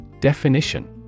Definition